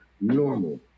normal